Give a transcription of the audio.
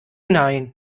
nein